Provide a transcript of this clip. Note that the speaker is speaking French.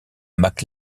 mac